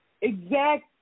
exact